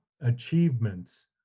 achievements